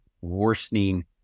worsening